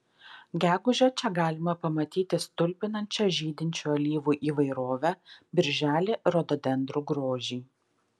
gegužę čia galima pamatyti stulbinančią žydinčių alyvų įvairovę birželį rododendrų grožį